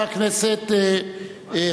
הוא שאמרתי.